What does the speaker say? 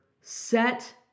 set